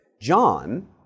John